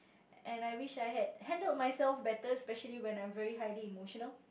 and I wish I had handled myself better especially when I'm very highly emotional